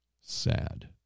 Sad